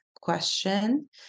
question